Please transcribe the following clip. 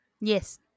Yes